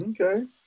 Okay